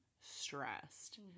stressed